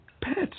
pets